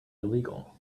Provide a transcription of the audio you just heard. illegal